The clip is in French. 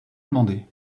demandé